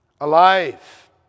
alive